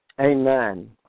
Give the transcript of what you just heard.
amen